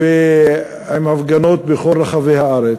עם הפגנות בכל רחבי הארץ,